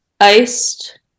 iced